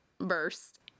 burst